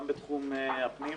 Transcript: גם בתחום הפנים.